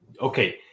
Okay